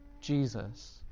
jesus